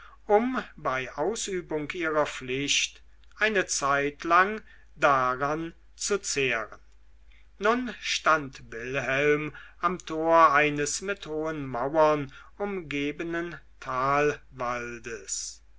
um bei ausübung ihrer pflicht eine zeitlang daran zu zehren nun stand wilhelm am tor eines mit hohen mauern umgebenen